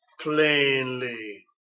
plainly